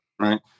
right